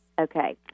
Okay